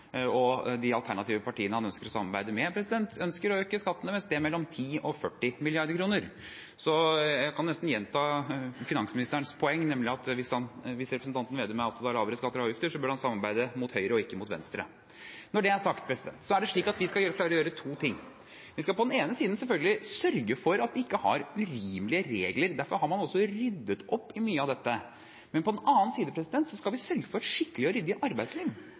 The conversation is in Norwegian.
siden. De alternative partiene han ønsker å samarbeide med, ønsker å øke skattene med et sted mellom 10 og 40 mrd. kr. Så jeg kan nesten gjenta finansministerens poeng, nemlig at hvis representanten Slagsvold Vedum er opptatt av lavere skatter og avgifter, bør han samarbeide mot høyre og ikke mot venstre. Når det er sagt, er det slik at vi skal klare å gjøre to ting. Vi skal på den ene siden selvfølgelig sørge for at vi ikke har urimelige regler. Derfor har man også ryddet opp i mye av dette. Men på den annen side skal vi sørge for et skikkelig og ryddig arbeidsliv.